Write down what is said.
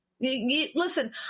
listen